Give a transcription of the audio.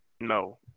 No